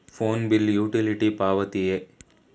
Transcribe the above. Phone bill utility ಪಾವತಿಯೇ?